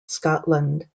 scotland